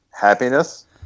happiness